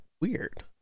Weird